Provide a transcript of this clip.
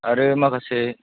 आरो माखासे